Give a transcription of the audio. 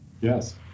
Yes